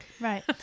Right